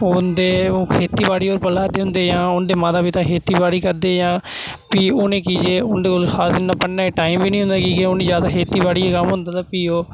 ओह् उं'दे ओह् खेती बाड़ी पर पला'रदे होंदे जां उं'दे माता पिता खेती बाड़ी करदे जां प्ही उ'नेंई कीजे उं'दे कोल खास इ'न्ना पढ़ने'ई टाईम बी निं होंदा की कि उ'नेईं जादा खेती बाड़ी दा कम्म होंदा ते प्ही ओह्